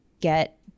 get